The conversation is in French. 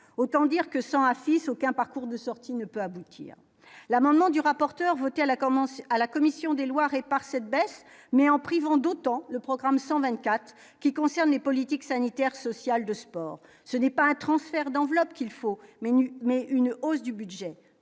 autant dire que sans A6 aucun parcours de sortie ne peut aboutir, l'amendement du rapporteur votée à la à la commission des lois répare cette baisse mais en privant d'autant le programme 124 qui concerne les politiques sanitaires, sociales de sport, ce n'est pas un transfert d'enveloppes, qu'il faut mais mais une hausse du budget,